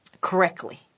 correctly